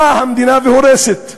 באה המדינה והורסת.